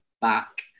back